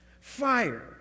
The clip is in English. Fire